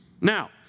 Now